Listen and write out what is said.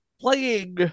Playing